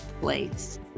place